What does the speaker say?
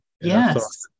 yes